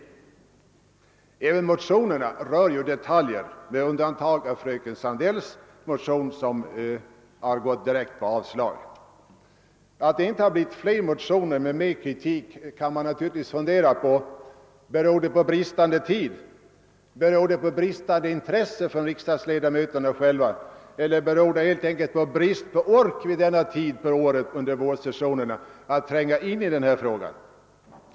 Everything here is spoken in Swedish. Även de väckta motionerna rör detaljer — med undantag av fröken Sandells motion som yrkar direkt avslag. Man kan naturligtvis undra över varför det inte har väckts flera kritiska motioner. Kan det ha berott på bristande tid eller bristande intresse hos riksdagens ledamöter, eller kan orsaken helt enkelt vara att man vid denna tid på vårsessionen inte har orkat tränga in i dessa frågor?